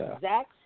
Zach